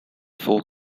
for